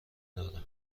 داره